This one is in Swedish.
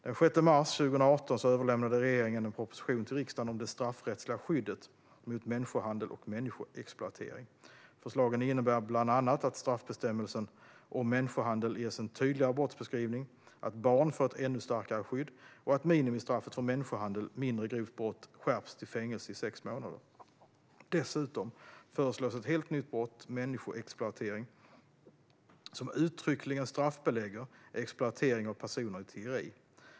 Den 6 mars 2018 överlämnade regeringen en proposition till riksdagen om det straffrättsliga skyddet mot människohandel och människoexploatering. Förslagen innebär bland annat att straffbestämmelsen om människohandel ges en tydligare brottsbeskrivning, att barn får ett ännu starkare skydd och att minimistraffet för människohandel, mindre grovt brott, skärps till fängelse i sex månader. Dessutom föreslås ett helt nytt brott, människoexploatering, som uttryckligen straffbelägger exploatering av personer i tiggeri.